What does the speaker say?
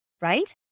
right